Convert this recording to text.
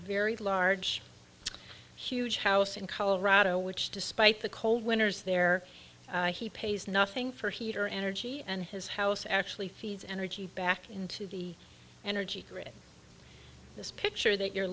a very large huge house in colorado which despite the cold winters there he pays nothing for heat or energy and his house actually feeds energy back into the energy grid this picture that you're